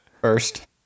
first